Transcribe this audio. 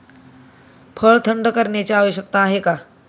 फळ थंड करण्याची आवश्यकता का आहे?